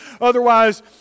otherwise